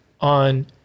on